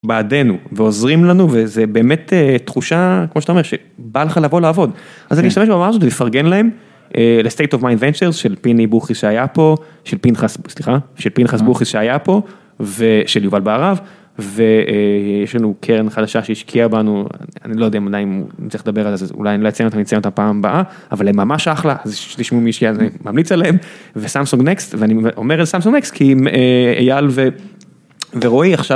בעדינו, ועוזרים לנו, וזה באמת תחושה, כמו שאתה אומר, שבא לך לבוא לעבוד. אז אני אשתמש בבמה הזאת, ואפרגן להם, ל-State of Mind Ventures של פיני בוכריס שהיה פה, של פינחס, סליחה, של פינחס בוכריס שהיה פה, ושל יובל בהרב, ויש לנו קרן חדשה שהשקיעה בנו, אני לא יודע עדיין אם צריך לדבר על זה, אז אולי אני לא אציין אותה, אציין אותה הפעם הבאה, אבל הם ממש אחלה, אז שתשמעו ממשיהו על זה, אני ממליץ עליהם, וסמסונג נקסט, ואני אומר על סמסונג נקסט, כי אייל ורועי עכשיו